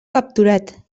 capturat